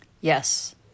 Yes